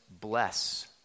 bless